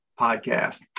podcast